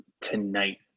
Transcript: tonight